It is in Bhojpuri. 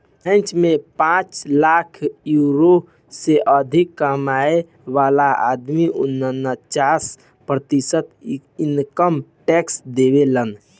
फ्रेंच में पांच लाख यूरो से अधिक कमाए वाला आदमी उनन्चास प्रतिशत इनकम टैक्स देबेलन